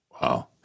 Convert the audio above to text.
Wow